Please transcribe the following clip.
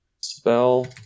spell